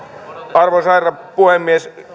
arvoisa herra puhemies